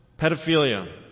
pedophilia